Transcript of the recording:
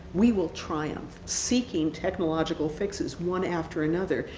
we will triumph. seeking technological fixes, one after another,